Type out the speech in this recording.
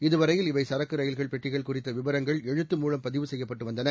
இதுவரையில் இவை சரக்கு ரயில்கள் பெட்டிகள் குறித்த விவரங்கள் எழுத்து மூலம் பதிவு செய்யப்பட்டு வந்தன